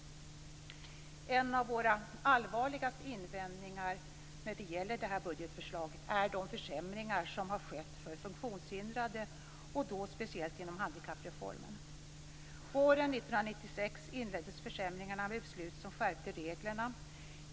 En av våra allvarligaste invändningar mot budgetförslaget är de försämringar som har skett för de funktionshindrade, och då speciellt genom handikappreformen. Våren 1996 inleddes försämringarna med beslut som skärpte reglerna.